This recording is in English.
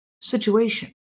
situation